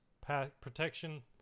protection